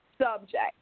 subject